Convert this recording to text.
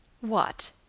What